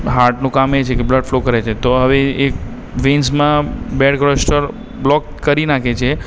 હાર્ટનું કામ એ છે કે બલ્ડ ફલો કરે છે તો આવી એક વેન્સમાં બૅડ કોલેસ્ટ્રોલ બ્લૉક કરી નાખે છે